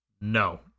No